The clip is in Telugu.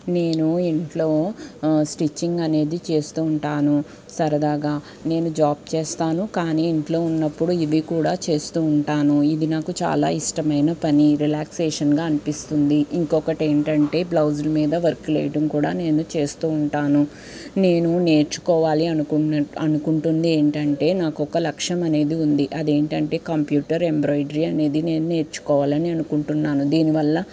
నేను ఇంట్లో స్టిచ్చింగ్ అనేది చేస్తూ ఉంటాను సరదాగా నేను జాబ్ చేస్తాను కానీ ఇంట్లో ఉన్నప్పుడు ఇవి కూడా చేస్తూ ఉంటాను ఇది నాకు చాలా ఇష్టమైన పని రిలాక్సేషన్గా అనిపిస్తుంది ఇంకొకటి ఏంటంటే బ్లౌజ్ మీద వర్క్ వేయడం కూడా నేను చేస్తూ ఉంటాను నేను నేర్చుకోవాలి అనుకుంటున్న అనుకుంటుంది ఏంటంటే నాకు ఒక లక్ష్యం అనేది ఉంది అదేంటంటే కంప్యూటర్ ఎంబ్రాయిడరీ అనేది నేను నేర్చుకోవాలని అనుకుంటున్నాను దీనివల్ల